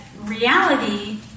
reality